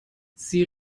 sie